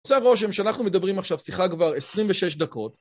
עושה רושם, שאנחנו מדברים עכשיו, סליחה, כבר 26 דקות.